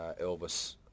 Elvis